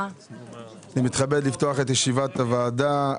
אני מתכבד לפתוח את ישיבת ועדת הכספים.